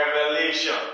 revelation